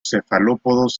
cefalópodos